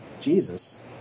jesus